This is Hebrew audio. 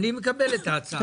אני מקבל את ההצעה הזאת.